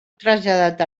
traslladat